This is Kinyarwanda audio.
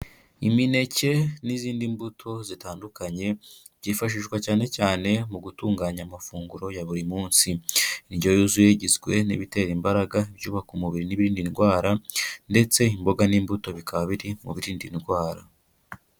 Imineke n'izindi mbuto zitandukanye, byifashishwa cyane cyane mu gutunganya amafunguro ya buri munsi. Indyo yuzuye igizwe n'ibitera imbaraga, ibyubaka umubiri n'ibindi ndwara, ndetse imboga n'imbuto bikaba biri mu birinda indwara.